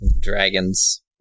dragons